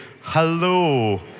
Hello